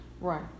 Right